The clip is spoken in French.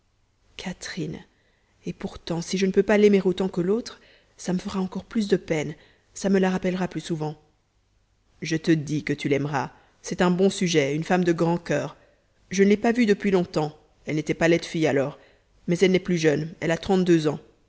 catherine et pourtant si je ne peux pas l'aimer autant que l'autre ça me fera encore plus de peine ça me la rappellera plus souvent je te dis que tu l'aimeras c'est un bon sujet une femme de grand cur je ne l'ai pas vue depuis longtemps elle n'était pas laide fille alors mais elle n'est plus jeune elle a trente-deux ans